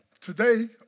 Today